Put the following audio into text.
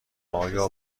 آیا